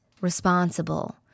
responsible